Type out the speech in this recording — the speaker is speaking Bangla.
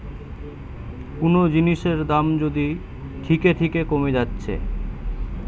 কুনো জিনিসের দাম যদি থিকে থিকে কোমে যাচ্ছে